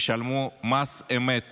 מס אמת